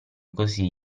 così